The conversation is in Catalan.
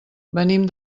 venim